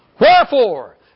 Wherefore